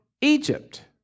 Egypt